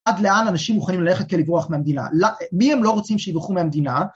עד לאן אנשים מוכנים ללכת כדי לברוח מהמדינה, למ, מי הם לא רוצים שיברחו מהמדינה